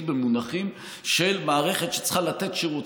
במונחים של מערכת שצריכה לתת שירות,